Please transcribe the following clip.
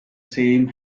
same